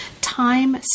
time